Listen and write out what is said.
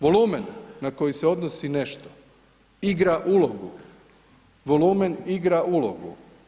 Volumen na koji se odnosi nešto igra ulogu, volumen igra ulogu.